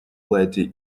letty